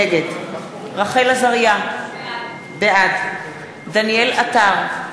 נגד רחל עזריה, בעד דניאל עטר,